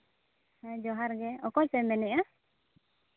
ᱦᱮᱸ ᱡᱚᱦᱟᱨ ᱜᱮ ᱚᱠᱚᱭ ᱯᱮ ᱢᱮᱱᱮᱜᱼᱟ